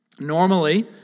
Normally